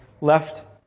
left